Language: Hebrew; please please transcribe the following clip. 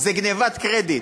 זה גנבת קרדיט.